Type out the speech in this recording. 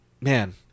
Man